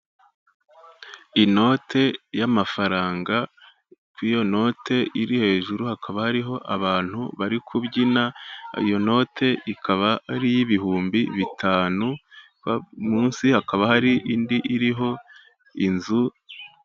Inote y'amafaranga, ku iyo note iri hejuru hakaba hariho abantu bari kubyina, iyo note ikaba ari iy'ibihumbi bitanu munsi hakaba hari indi iriho inzu.